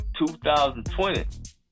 2020